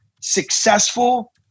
successful